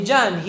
John